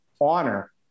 honor